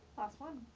last one.